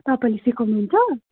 तपाईँले सिकाउनु हुन्छ